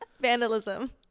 Vandalism